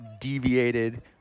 deviated